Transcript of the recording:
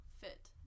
fit